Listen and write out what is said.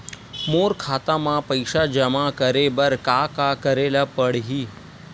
मोर खाता म पईसा जमा करे बर का का करे ल पड़हि?